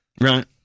Right